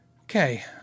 okay